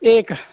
एक